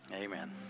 Amen